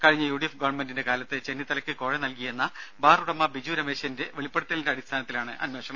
കഴിഞ്ഞ U D F ഗവൺമെന്റിന്റെ കാലത്ത് ചെന്നിത്തലയ്ക്ക് കോഴ നൽകിയെന്ന ബാർ ഉടമ ബിജു രമേശിന്റെ വെളിപ്പെടുത്തലിന്റെ അടിസ്ഥാനത്തിലാണ് അന്വേഷണം